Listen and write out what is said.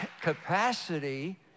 capacity